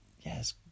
yes